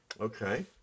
Okay